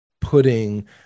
putting